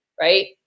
right